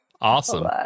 awesome